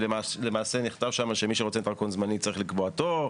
למעשה נכתב שם שמי שרוצה דרכון זמני צריך לקבוע תור,